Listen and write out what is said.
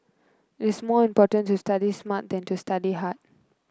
it is more important to study smart than to study hard